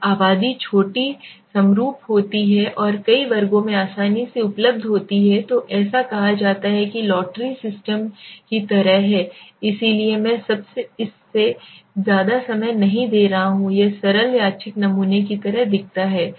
जब आबादी छोटी समरूप होती है और कई वर्गों में आसानी से उपलब्ध होती है तो ऐसा कहा जाता है यह लॉटरी सिस्टम की तरह है इसलिए मैं इसमें ज्यादा समय नहीं दे रहा हूं यह सरल यादृच्छिक नमूने की तरह दिखता है